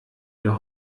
wir